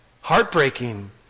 Heartbreaking